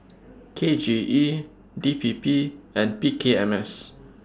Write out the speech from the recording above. K J E D P P and P K M S